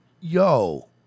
Yo